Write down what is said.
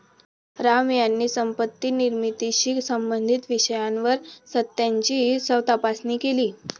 राम यांनी संपत्ती निर्मितीशी संबंधित विषयावर सत्याची तपासणी केली